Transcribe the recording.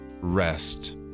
rest